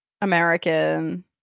american